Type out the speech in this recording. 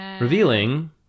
revealing